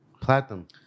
Platinum